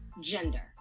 gender